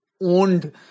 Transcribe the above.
owned